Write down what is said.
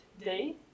day